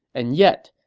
and yet,